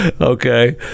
Okay